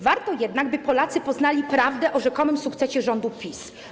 Warto jednak, by Polacy poznali prawdę o rzekomym sukcesie rządu PiS.